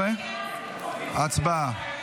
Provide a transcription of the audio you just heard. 11. הצבעה.